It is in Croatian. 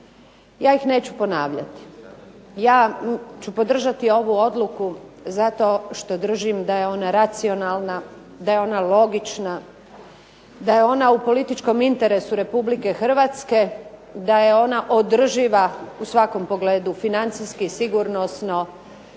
Ja ih neću ponavljati. Ja ću podržati ovu odluku zato što držim da je ona racionalna, da je ona logična, da je ona u političkom interesu Republike Hrvatske da je ona održiva u svakom pogledu financijski, sigurnosno,